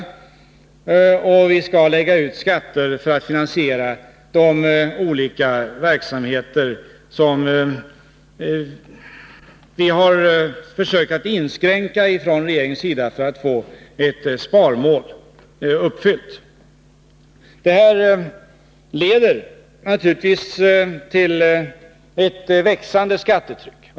Vidare skall vi, enligt socialdemokraterna, ta ut skatter för att finansiera de olika verksamheter som regeringen har försökt att inskränka för att kunna uppfylla ett sparmål. Det här leder naturligtvis till ett växande skattetryck.